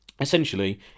Essentially